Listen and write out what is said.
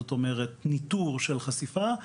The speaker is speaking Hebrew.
כלומר ניטור של חשיפה,